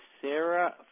Sarah